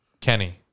Kenny